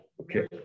Okay